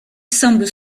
semblent